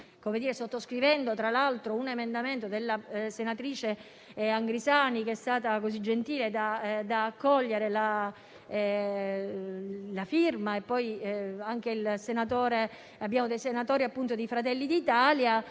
sottoscrivendo tra l'altro un emendamento della senatrice Angrisani che è stata così gentile da accogliere la mia firma. Anche alcuni senatori di Fratelli d'Italia